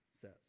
says